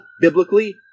biblically